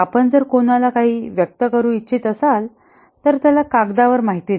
आपण जर कोणाला काही व्यक्त करू इच्छित असाल तर त्याला कागदावर माहिती द्या